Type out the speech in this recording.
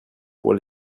pour